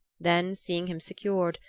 then seeing him secured,